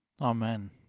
Amen